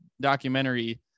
documentary